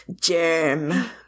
Germ